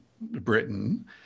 Britain